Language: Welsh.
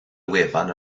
wefan